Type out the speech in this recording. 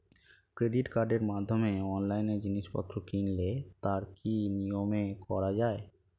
Credit কার্ডের মাধ্যমে অনলাইনে জিনিসপত্র কিনলে তার কি নিয়মে করা যায়?